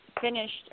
finished